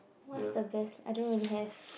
what's the best I don't really have